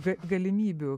be galimybių